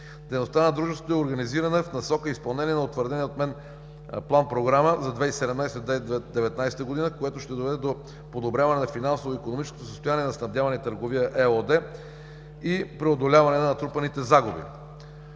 Дейността на дружеството е организирана в насока изпълнение на утвърдена от мен План-програма за 2017 г. – 2019 г., което ще доведе до подобряване на финансово-икономическото състояние на „Снабдяване и търговия“ ЕООД и преодоляване на натрупаните загуби.